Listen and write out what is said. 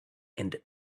and